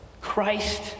Christ